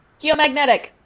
geomagnetic